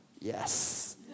yes